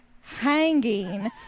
hanging